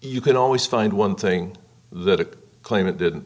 you can always find one thing the claimant didn't